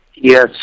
Yes